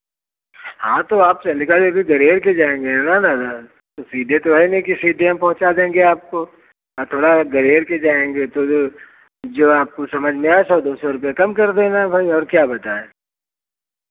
हाँ तो आप चन्द्रिका देवी गड़ेर के जाएँगे ना दादा तो सीधे तो है नहीं कि सीधे हम पहुंचा देंगे आपको हाँ थोड़ा गरेर के जाएँगे तो जो जो आपको समझ में आए सौ दो सौ रुपैया कम कर देना भाई और क्या बताएँ